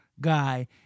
guy